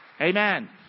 Amen